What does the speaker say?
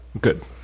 Good